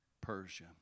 Persia